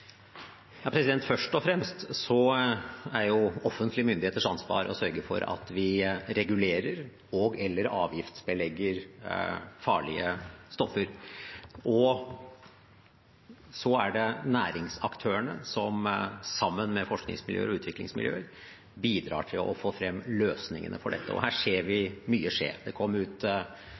Først og fremst er jo offentlige myndigheters ansvar å sørge for at vi regulerer og/eller avgiftsbelegger farlige stoffer. Så er det næringsaktørene som sammen med forskningsmiljøer og utviklingsmiljøer bidrar til å få frem løsningene for dette. Her ser vi at mye skjer. Det kom nylig ut